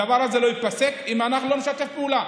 הדבר הזה לא ייפסק אם אנחנו לא נשתף פעולה.